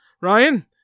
Ryan